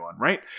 right